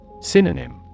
Synonym